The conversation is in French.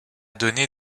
donné